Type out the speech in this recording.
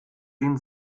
den